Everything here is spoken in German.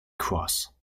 cross